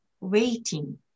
waiting